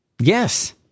Yes